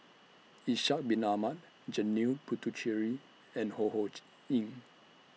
Ishak Bin Ahmad Janil Puthucheary and Ho Ho Ying